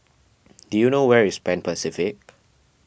do you know where is Pan Pacific